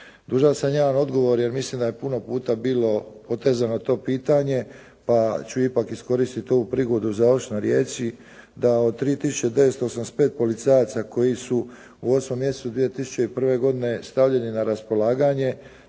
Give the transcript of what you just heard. Dužan sam jedan odgovor jer mislim da je puno puta bilo potezano to pitanje pa ću ipak iskoristiti ovu prigodu u završnoj riječi, da od 3985 policajaca koji su u 8. mjesecu 2001. godine stavljeni na raspolaganje,